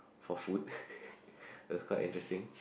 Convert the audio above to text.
for food it is quite interesting